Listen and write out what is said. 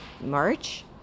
march